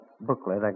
booklet